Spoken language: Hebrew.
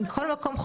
ומכל מקום,